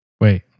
Wait